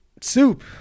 Soup